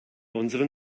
unseren